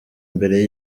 mbere